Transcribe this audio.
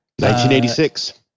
1986